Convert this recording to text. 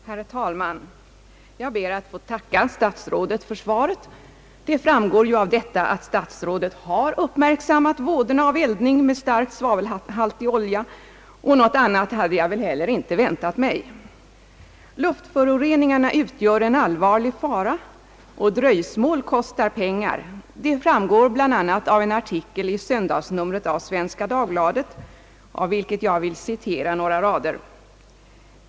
Herr talman! Jag ber att få tacka statsrådet Palme för svaret på min fråga. Av detta framgår ju att statsrådet har uppmärksammat vådorna av eldning med starkt svavelhaltig olja, och något annat hade jag väl heller inte väntat mig. Luftföroreningarna utgör en allvarlig fara, och dröjsmål kostar pengar. Det framgår bl.a. av en artikel i söndagsnumret av Svenska Dagbladet, ur vilken jag vill citera några rader.